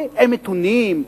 הם מתונים,